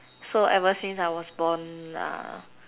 so ever since I was born uh